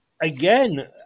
again